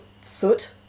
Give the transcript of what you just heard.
soot